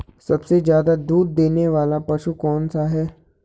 सबसे ज़्यादा दूध देने वाला पशु कौन सा है?